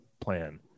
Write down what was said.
plan